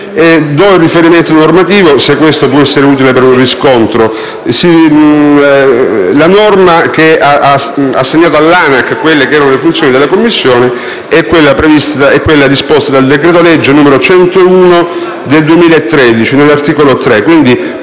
Do il riferimento normativo, se può essere utile per un riscontro: la norma che ha assegnato all'ANAC le funzioni della Commissione è quella disposta dal decreto-legge n. 101 del 2013, all'articolo 5,